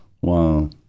Wow